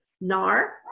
NAR